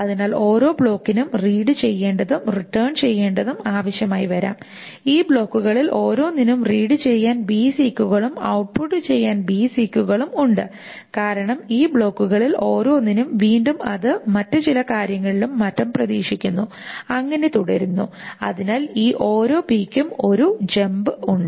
അതിനാൽ ഓരോ ബ്ലോക്കിനും റീഡ് ചെയ്യേണ്ടതും റിട്ടേൺ ചെയ്യേണ്ടതും ആവശ്യമായി വരാം ഈ ബ്ലോക്കുകളിൽ ഓരോന്നിനും റീഡ് ചെയ്യാൻ സീക്കുകളും ഔട്ട്പുട്ട് ചെയ്യാൻ സീക്കുകളും ഉണ്ട് കാരണം ഈ ബ്ലോക്കുകളിൽ ഓരോന്നിനും വീണ്ടും അത് മറ്റ് ചില കാര്യങ്ങളിലും മറ്റും പ്രതീക്ഷിക്കുന്നു അങ്ങനെ തുടരുന്നു അതിനാൽ ഈ ഓരോ b ക്കും ഒരു ജമ്പ് ഉണ്ട്